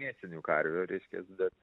mėsinių karvių reiškias bet